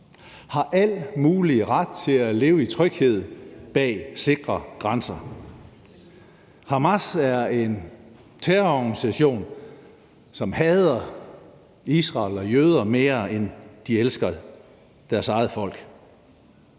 har al mulig ret til at leve i tryghed bag sikre grænser. Hamas er en terrororganisation, som hader Israel og jøder mere, end de elsker deres eget folk.